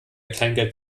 kleingeld